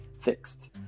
fixed